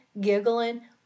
giggling